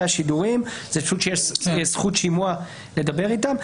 השידורים"; זה כדי שתהיה זכות שימוע לדבר איתם.